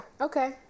Okay